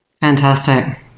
Fantastic